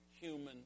human